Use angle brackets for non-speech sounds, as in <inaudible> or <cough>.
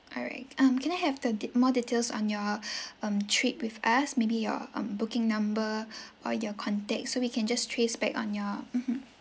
all right um can I have the de~ more details on your <breath> um trip with us maybe your um booking number <breath> or your contact so we can just trace back on your mmhmm